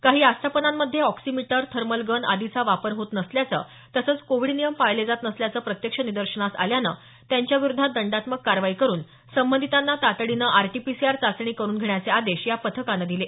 काही आस्थापनांमध्ये oximeter thermal gun आदीचा वापर होत नसल्याचं तसंच कोविड नियम पाळले जात नसल्याचं प्रत्यक्ष निदर्शनात आल्यानं त्यांच्याविरोधात दंडात्मक कारवाई करून संबंधितांना तातडीनं आरटीपीसीआर चाचणी करून घेण्याचे आदेश या पथकानं दिले